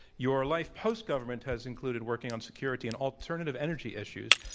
your life post-government has included working on security and alternative energy issues.